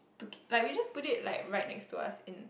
took it like we just put it like right next to us in